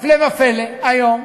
והפלא ופלא, היום